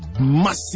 massive